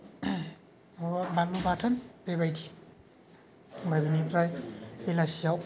नङाबा बानलु बाथोन बेबायदि ओमफाय बिनिफ्राय बेलासियाव